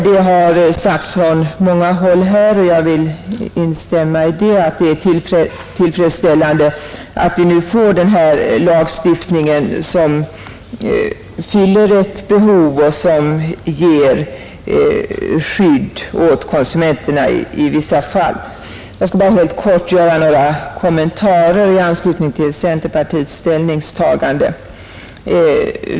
Det har från många håll här sagts — jag vill instämma i det — att det är tillfredsställande att vi nu får denna lagstiftning, som fyller ett behov och ger större skydd åt konsumenterna. Jag vill helt kort göra några kommentarer till centerpartiledamöternas ställningstagande i utskottet.